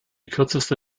kürzeste